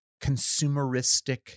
consumeristic